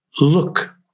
look